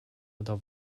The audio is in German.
oder